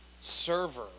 server